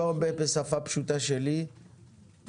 בשפה פשוטה שלי,